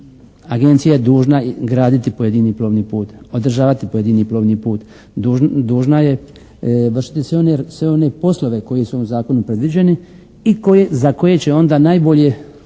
agencija je dužna graditi pojedini plovni put, održavati pojedini plovni put, dužna je vršiti sve one poslove koji su u ovom Zakonu predviđeni i za koje će onda najbolje